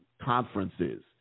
conferences